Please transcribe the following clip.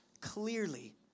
clearly